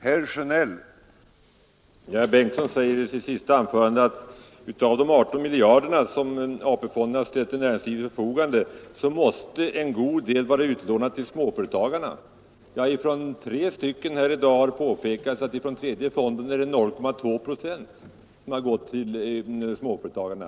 Herr talman! Herr Bengtsson i Landskrona sade i sitt senaste anförande att av de 18 miljarder som AP-fonderna ställt till näringslivets förfogande måste en god del vara utlånad till småföretagarna. Ja, tre talare här har påpekat att från tredje fonden har 0,2 procent gått till småföretagarna.